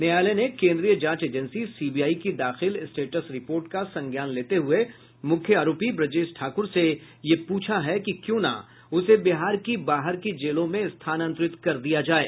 न्यायालय ने केन्द्रीय जांच एजेंसी सीबीआई की दाखिल स्टेटस रिपोर्ट का संज्ञान लेते हुए मुख्य आरोपी ब्रजेश ठाकुर से ये पूछा है कि क्यों न उसे बिहार की बाहर की जेलों में स्थानांतरित कर दिया जाये